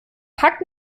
pakt